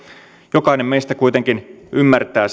jokainen meistä kuitenkin ymmärtää